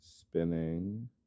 Spinning